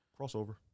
Crossover